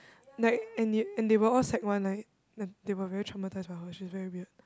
like and they and they were all sec one like they they were very traumatized by her she's very weird